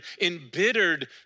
embittered